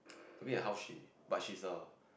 looking at how she but she is a